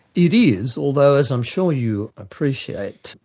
it is, although as i'm sure you appreciate,